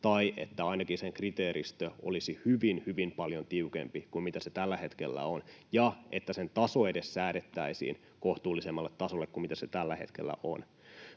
tai että ainakin sen kriteeristö olisi hyvin, hyvin paljon tiukempi kuin se tällä hetkellä on, ja että sen taso edes säädettäisiin kohtuullisemmalle tasolle kuin millä se tällä hetkellä on.